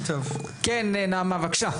כן נעמה בבקשה.